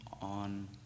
on